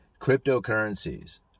Cryptocurrencies